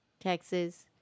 Texas